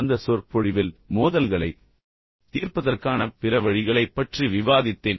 கடந்த சொற்பொழிவில் மோதல்களைத் தீர்ப்பதற்கான பிற வழிகளைப் பற்றி விவாதித்தேன்